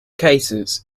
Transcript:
cases